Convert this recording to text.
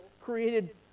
created